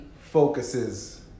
focuses